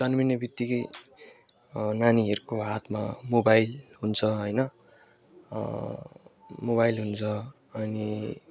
जन्मिने बित्तिकै नानीहरूको हातमा मोबाइल हुन्छ होइन मोबाइल हुन्छ अनि